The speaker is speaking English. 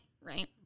Right